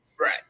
Right